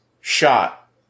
shot